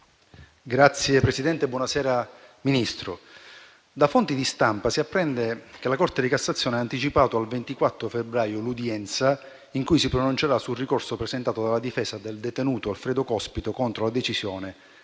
Signor Presidente, signor Ministro, colleghi, da fonti di stampa si apprende che la Corte di cassazione ha anticipato al 24 febbraio l'udienza in cui si pronuncerà sul ricorso presentato dalla difesa del detenuto Alfredo Cospito contro la decisione